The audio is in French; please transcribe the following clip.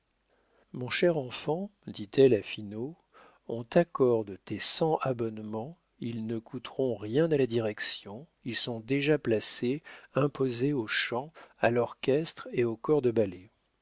mon cher enfant dit-elle à finot on t'accorde tes cent abonnements ils ne coûteront rien à la direction ils sont déjà placés imposés au chant à l'orchestre et au corps de ballet